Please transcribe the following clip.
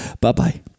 Bye-bye